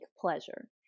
pleasure